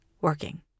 working